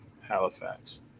Halifax